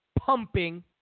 pumping